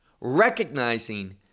recognizing